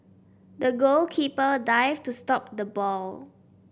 the goalkeeper dived to stop the ball